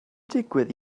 digwydd